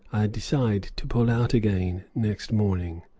decide to pull out again next morning.